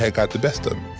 had gotten the best of